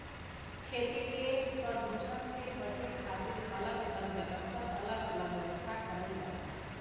खेती के परदुसन से बचे के खातिर अलग अलग जगह पर अलग अलग व्यवस्था करल जाला